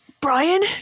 Brian